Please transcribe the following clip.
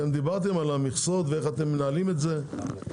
אתם דיברתם על המכסות ואיך אתם מנהלים את זה והכול.